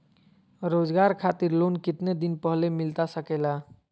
रोजगार खातिर लोन कितने दिन पहले मिलता सके ला?